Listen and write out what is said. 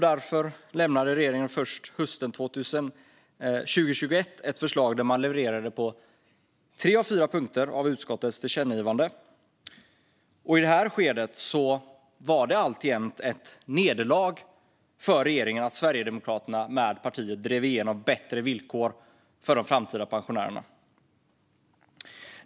Därför lämnade regeringen först hösten 2021 ett förslag där den levererade på tre av fyra punkter av utskottets tillkännagivande. I det här skedet var det ett alltjämt ett nederlag för regeringen att Sverigedemokraterna med partier drev igenom bättre villkor för de framtida pensionärerna.